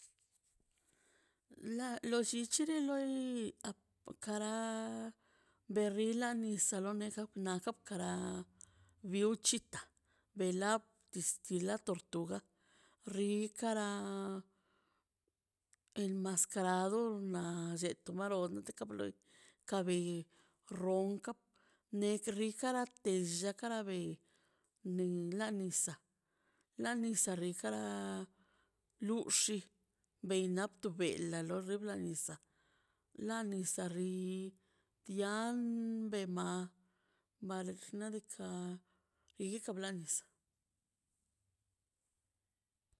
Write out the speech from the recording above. La lo llich lolə karaꞌ berrilaꞌ nisalonaꞌ nap naꞌ karaa biwchitan belaa distiḻa tortuga rri karaa el mascarado naꞌ llet marotlə "inteligible" ka be ronka negrikarakt llia karabe nin ḻa nisaꞌ ḻa nisaꞌ rrikaraꞌ luxi benṉaꞌ túbelaꞌ lo rriblaꞌ nisaꞌ ḻa nisaꞌrri tian bema balfina dekaꞌ biyika bla nis.